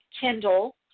Kindle